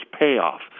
payoff